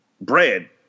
bread